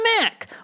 Mac